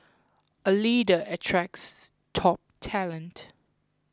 a leader attracts top talent